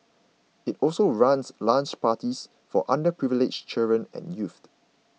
it also runs lunch parties for underprivileged children and youth